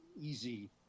easy